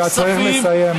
אתה צריך לסיים,